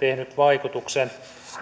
tehnyt vaikutuksen